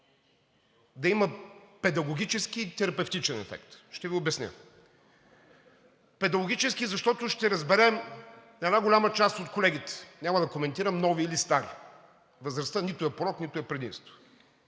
да има педагогически и терапевтичен ефект. Ще Ви обясня. Педагогически, защото ще разберем една голяма част от колегите, няма да коментирам нови или стари, възрастта нито е порок, нито е предимство,